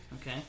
Okay